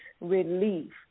relief